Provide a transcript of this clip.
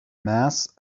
mass